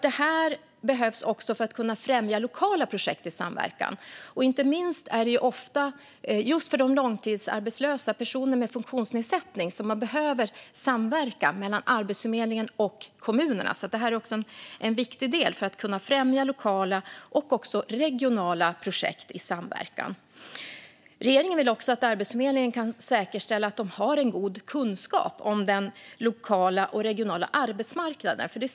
Det behövs också för att kunna främja lokala projekt i samverkan. Inte minst är det ofta just för de långtidsarbetslösa och personer med funktionsnedsättning som man behöver samverka mellan Arbetsförmedlingen och kommunerna. Det är också en viktig del för att kunna främja lokala och regionala projekt i samverkan. Regeringen vill också att Arbetsförmedlingen kan säkerställa att den har en god kunskap om den regionala och lokala arbetsmarknaden.